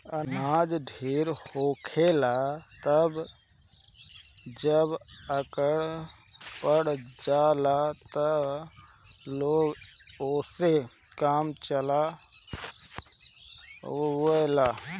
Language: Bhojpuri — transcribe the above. अनाज ढेर होखेला तबे त जब अकाल पड़ जाला त लोग ओसे काम चला लेवेला